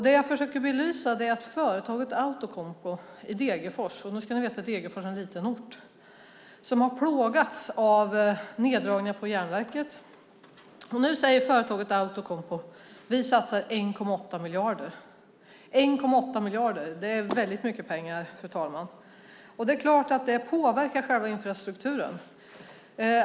Det jag försöker belysa gäller företaget Outokumpu i Degerfors - och nu ska ni veta att Degerfors är en liten ort som har plågats av neddragningar på järnverket. Nu säger företaget Outokumpu: Vi satsar 1,8 miljarder. 1,8 miljarder är väldigt mycket pengar, fru talman. Det är klart att det påverkar själva infrastrukturen.